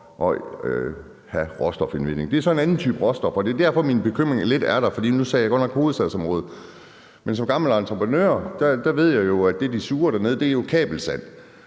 uden for 3 sømil. Det er så en anden type råstoffer, og det er derfor, at min bekymring lidt er der. Nu sagde jeg godt nok hovedstadsområdet, men som gammel entreprenør ved jeg jo, at det, de suger dernede, er kabelsand.